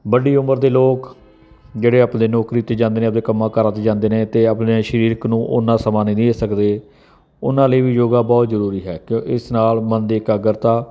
ਵੱਡੀ ਉਮਰ ਦੇ ਲੋਕ ਜਿਹੜੇ ਆਪਣੇ ਨੌਕਰੀ 'ਤੇ ਜਾਂਦੇ ਨੇ ਆਪਦੇ ਕੰਮਾਂ ਕਾਰਾਂ 'ਤੇ ਜਾਂਦੇ ਨੇ ਅਤੇ ਆਪਣੇ ਸਰੀਰਕ ਨੂੰ ਓਨਾ ਸਮਾਂ ਨਹੀਂ ਦੇ ਸਕਦੇ ਉਹਨਾਂ ਲਈ ਵੀ ਯੋਗਾ ਬਹੁਤ ਜ਼ਰੂਰੀ ਇਸ ਨਾਲ ਮਨ ਦੇ ਇਕਾਗਰਤਾ